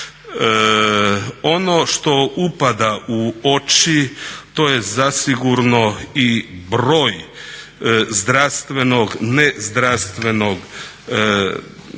Ono što upada u oči to je zasigurno i broj zdravstvenog ne zdravstvenog osoblja